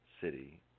city